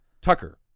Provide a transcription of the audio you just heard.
tucker